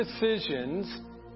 decisions